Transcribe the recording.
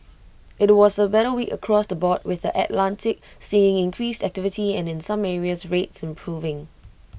IT was A better week across the board with the Atlantic seeing increased activity and in some areas rates improving